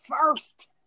first